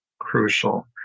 crucial